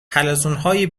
حلزونهای